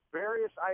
various